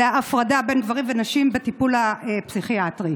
להפרדה בין גברים לנשים בטיפול הפסיכיאטרי.